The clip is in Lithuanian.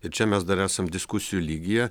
ir čia mes dar esam diskusijų lygyje